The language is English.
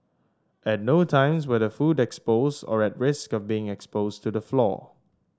at no times were the food exposed or at risk of being exposed to the floor